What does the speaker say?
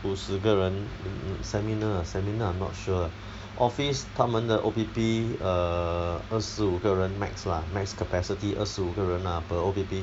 五十个人 seminar ah seminar I'm not sure lah office 他们的 O_P_P err 二十五个人 max lah max capacity 二十五个人 lah per O_P_P